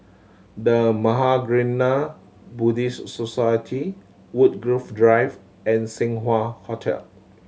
The Mahaprajna Buddhist Society Woodgrove Drive and Seng Wah Hotel